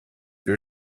your